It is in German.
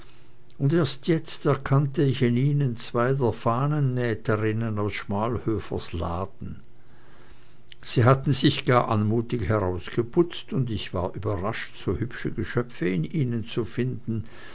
und erst jetzt erkannte ich in ihnen zwei der fahnennäherinnen aus schmalhöfers laden sie hatten sich gar anmutig herausgeputzt und ich war überrascht so hübsche geschöpfe in ihnen zu finden